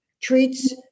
treats